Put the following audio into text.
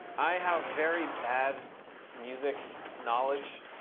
i have very bad music knowledge,